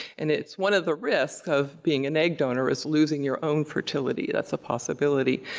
and it's one of the risks of being an egg donor is losing your own fertility, that's a possibility.